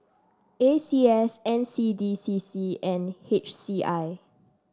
A C S N C D C C and H C I